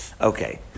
Okay